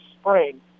spring